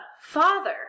Father